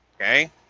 okay